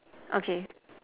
okay